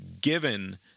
given